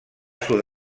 sud